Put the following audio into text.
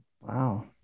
Wow